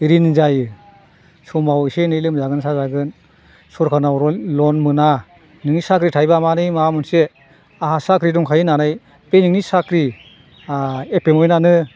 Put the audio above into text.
रिन जायो समाव इसे एनै लोमजागोन साजागोन सोरखारनाव लन मोना नोंनि साख्रि थायोबा माबोरै माबा मोनसे आंहा साख्रि दंखायो होननानै बे नोंनि साख्रि एपइनमेन्टआनो